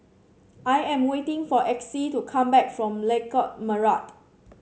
I am waiting for Exie to come back from Lengkok Merak